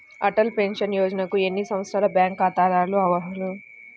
Atal pension యోజనకు ఎన్ని సంవత్సరాల బ్యాంక్ ఖాతాదారులు అర్హులు?